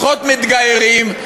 פחות מתגיירים,